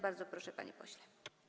Bardzo proszę, panie pośle.